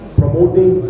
promoting